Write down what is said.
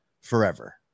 forever